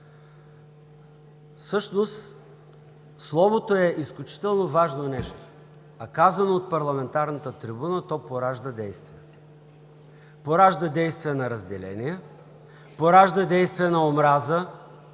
Всъщност, словото е изключително важно нещо, а казано от парламентарната трибуна, то поражда действие. Поражда действие на разделение, поражда действие на омраза